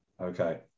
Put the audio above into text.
Okay